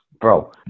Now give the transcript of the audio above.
Bro